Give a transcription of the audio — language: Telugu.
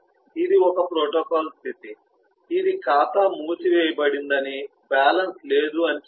ఇది ఒక ప్రోటోకాల్ స్థితి ఇది ఖాతా మూసివేయబడిందని బ్యాలెన్స్ లేదు అని చెప్పింది